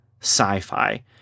sci-fi